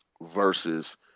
versus